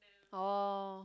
oh